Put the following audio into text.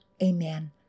Amen